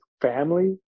family